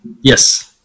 Yes